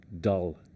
dull